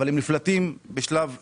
אבל הם נפלטים בשלב מוקדם.